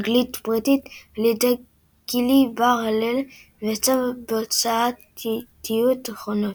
אנגלית בריטית על ידי גילי בר-הלל ויצאה בהוצאת ידיעות אחרונות.